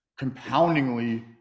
compoundingly